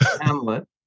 Hamlet